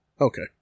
Okay